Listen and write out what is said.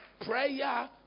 prayer